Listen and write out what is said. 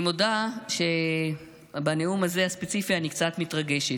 אני מודה שבנאום הזה, הספציפי, אני קצת מתרגשת.